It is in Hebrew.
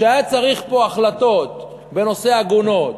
כשהיה צריך פה החלטות בנושא עגונות,